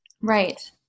right